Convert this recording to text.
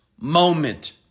moment